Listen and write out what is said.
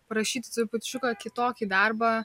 parašyti trupučiuką kitokį darbą